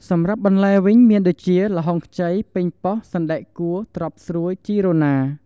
សម្រាប់បន្លែវិញមានដូចជា ល្ហុងខ្ចី ប៉េងប៉ោះ សណ្តែកគួ ត្រប់ស្រួយ ជីរណា។